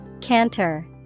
Canter